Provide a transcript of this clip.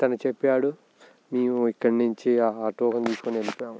తను చెప్పాడు మేము ఇక్కడి నుంచి ఆటో దిగి వెళ్ళిపోయాము